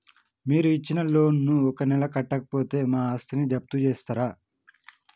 మీరు ఇచ్చిన లోన్ ను ఒక నెల కట్టకపోతే మా ఆస్తిని జప్తు చేస్తరా?